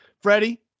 Freddie